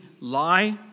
lie